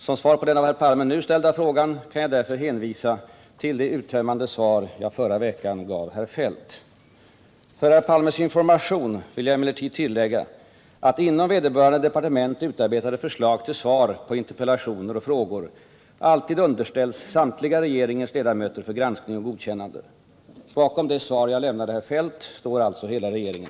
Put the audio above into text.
Som svar på den av herr Palme nu ställda frågan kan jag därför hänvisa till det uttömmande svar jag förra veckan gav herr Feldt. För herr Palmes information vill jag emellertid tillägga, att inom vederbörande departement utarbetade förslag till svar på interpellationer och frågor alltid underställs samtliga regeringens ledamöter för granskning och godkännande. Bakom det svar jag lämnade herr Feldt står alltså hela regeringen.